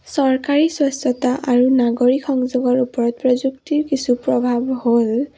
চৰকাৰী স্বচ্ছতা আৰু নাগৰিক সংযোগৰ ওপৰত প্ৰযুক্তিৰ কিছু প্ৰভাৱ হ'ল